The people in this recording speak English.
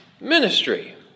ministry